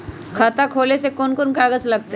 खाता खोले ले कौन कौन कागज लगतै?